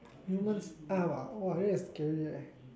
humans arm ah !wah! that's scary eh